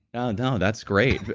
oh no, that's great,